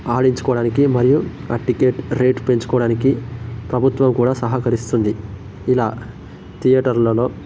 ఆడించుకోడానికి మరియు ఆ ticket rate పెంచుకోడానికి ప్రభుత్వం కూడా సహకరిస్తుంది ఇలా థియేటర్లలో